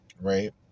right